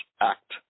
Act